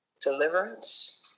deliverance